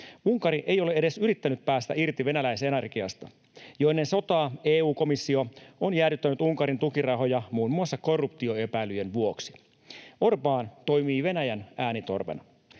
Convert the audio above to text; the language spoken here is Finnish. Unkari ei ole edes yrittänyt päästä irti venäläisenergiasta. Jo ennen sotaa EU-komissio oli jäädyttänyt Unkarin tukirahoja muun muassa korruptioepäilyjen vuoksi. Orbán toimii Venäjän äänitorvena.